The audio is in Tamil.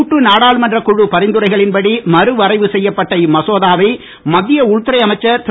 கூட்டு நாடாளுமன்ற குழுப் பரிந்துரைகளின் படி மறுவரைவு செய்யப்பட்ட இம்மசோதாவை மத்திய உள்துறை அமைச்சர் திரு